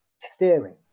steering